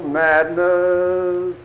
madness